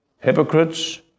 hypocrites